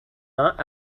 not